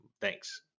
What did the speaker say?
Thanks